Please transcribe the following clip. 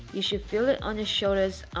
you should feel it on your shoulders,